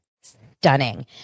stunning